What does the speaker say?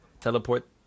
teleport